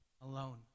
alone